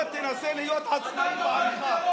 תנסה להיות עצמאי פעם אחת.